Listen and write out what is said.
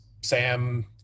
Sam